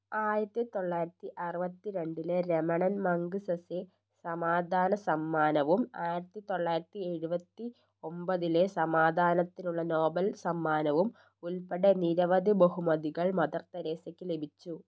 ആയിരത്തി തൊള്ളായിരത്തി അറുപത്തി രണ്ടിലെ രമണൻ മഗ്സസെ സമാധാന സമ്മാനവും ആയിരത്തി തൊള്ളായിരത്തി എഴുപത്തി ഒൻപതിലേ സമാധാനത്തിനുള്ള നോബൽ സമ്മാനവും ഉൾപ്പെടെ നിരവധി ബഹുമതികൾ മദർ തെരേസയ്ക്ക് ലഭിച്ചു